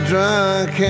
Drunk